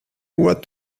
what